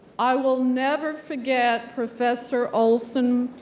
i will never forget professor olsen,